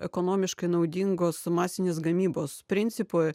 ekonomiškai naudingos masinės gamybos principui